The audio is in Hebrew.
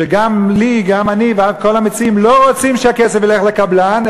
שגם אני וכל המציעים לא רוצים שהכסף ילך לקבלן,